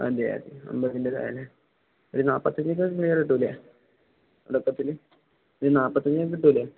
അതെ അതെ അമ്പത്തിൻ്റെതായല്ലേ ഒര് നാപ്പത്തച് പീർ കിട്ടൂലേ അടൊക്കത്തില് ഒ നാപ്പത്തഞ് കിട്ടൂലേ